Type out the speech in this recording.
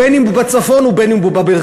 בין אם הוא בצפון ובין אם הוא במרכז.